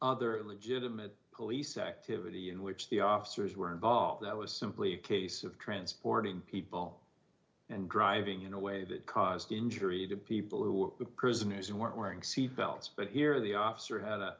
other legitimate police activity in which the officers were involved that was simply a case of transporting people and driving in a way that caused injury to people who were prisoners who weren't wearing seat belts but here the officer had